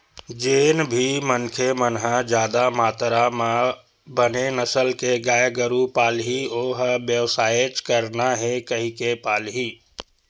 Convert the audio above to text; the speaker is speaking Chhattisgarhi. जेन भी मनखे मन ह जादा मातरा म बने नसल के गाय गरु पालही ओ ह बेवसायच करना हे कहिके पालही